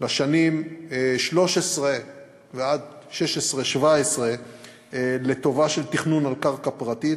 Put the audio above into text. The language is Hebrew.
בשנים 2013 ועד 2016 2017 לתכנון על קרקע פרטית,